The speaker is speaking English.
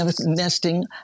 nesting